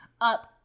up